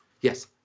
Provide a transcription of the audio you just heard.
Yes